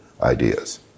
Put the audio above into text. ideas